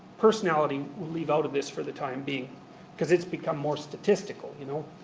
personality we'll leave out of this for the time-being, because it's become more statistical, you know.